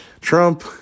Trump